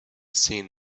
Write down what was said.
seen